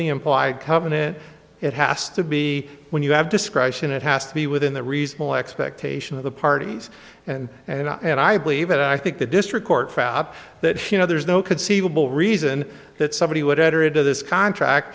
the implied covenant it has to be when you have discretion it has to be within the reasonable expectation of the parties and and i and i believe that i think the district court crap that here there's no conceivable reason that somebody would enter into this contract